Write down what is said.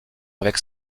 avec